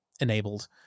enabled